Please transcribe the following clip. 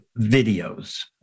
videos